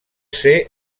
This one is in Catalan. ser